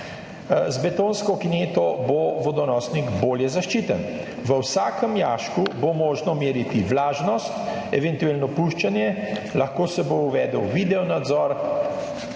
Z betonsko kineto bo vodonosnik bolje zaščiten. V vsakem jašku bo možno meriti vlažnost, eventualno puščanje, lahko se bo uvedel video nadzor,